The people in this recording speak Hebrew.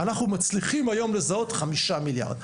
אנחנו מצליחים היום לזהות 5 מיליארד.